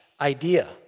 idea